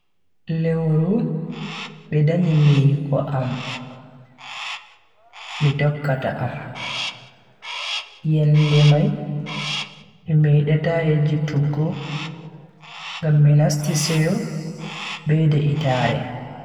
Lewru be danyi miko am mi tokkata am. yende Mai mi medata yejjutuggo ngam mi nasti seyo be de'itaare.